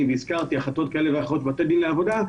והזכרתי החלטות כאלה ואחרות בבתי דין לעבודה,